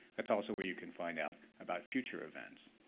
that's also where you can find out about future events.